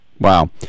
Wow